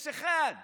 יש אחד,